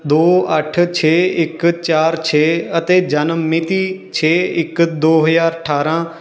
ਦੋ ਅੱਠ ਛੇ ਇੱਕ ਚਾਰ ਛੇ ਅਤੇ ਜਨਮ ਮਿਤੀ ਛੇ ਇੱਕ ਦੋ ਹਜ਼ਾਰ ਅਠਾਰ੍ਹਾਂ